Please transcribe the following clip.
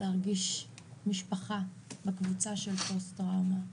להרגיש משפחה בקבוצה של פוסט טראומה.